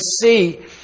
see